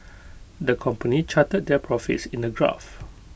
the company charted their profits in A graph